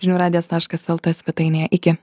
žinių radijas taškas lt svetainėje iki